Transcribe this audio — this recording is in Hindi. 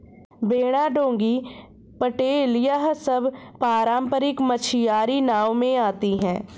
बेड़ा डोंगी पटेल यह सब पारम्परिक मछियारी नाव में आती हैं